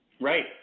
Right